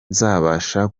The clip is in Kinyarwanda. nzabasha